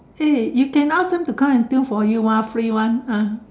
eh you can ask them to tune for you mah free [one]